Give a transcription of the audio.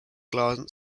glanced